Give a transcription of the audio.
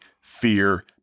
fear